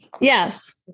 Yes